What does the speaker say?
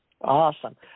Awesome